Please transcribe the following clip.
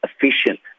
efficient